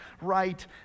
right